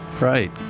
Right